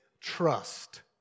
trust